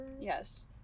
yes